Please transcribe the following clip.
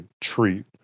treat